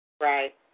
Right